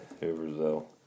Brazil